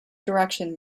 direction